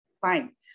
fine